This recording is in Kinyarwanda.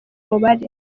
mubare